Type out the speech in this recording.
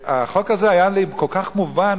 החוק הזה היה לי כל כך מובן,